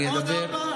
עוד ארבע,